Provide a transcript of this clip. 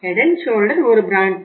Head and Shoulder ஒரு brand